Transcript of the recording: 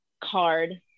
card